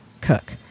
cook